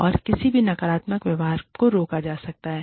और किसी भी नकारात्मक व्यवहार को रोका जा सकता है